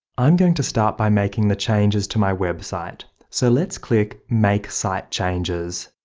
i'm going to start by making the changes to my website. so let's click make site changes.